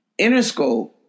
Interscope